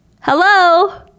Hello